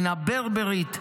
מן הברברית,